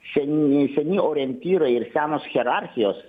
seni seni orientyrai ir senos hierarchijos